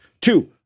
two